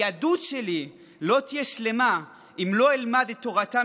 היהדות שלי לא תהיה שלמה אם לא אלמד את תורתם